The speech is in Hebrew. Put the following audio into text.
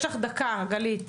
אני רוצה רגע מילת סיכום.